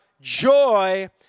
joy